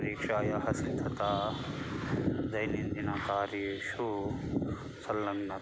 परिक्षायाः सिद्धता दैनन्दिनकार्येषु सल्लग्नता